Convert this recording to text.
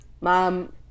Mom